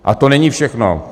A to není všechno.